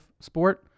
sport